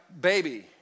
baby